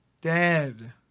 Dead